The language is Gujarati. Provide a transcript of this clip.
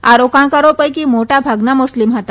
આ રોકાણકારો પૈકી મોટાભાગના મુસ્લીમ હતા